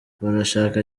barashaka